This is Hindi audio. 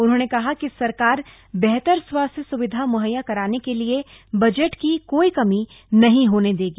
उन्होंने कहा कि सरकार बेहतर स्वास्थ्य स्विधा मुहक्षा कराने के लिए बजट की कोई कमी नहीं होने देगी